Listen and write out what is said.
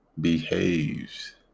behaves